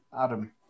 Adam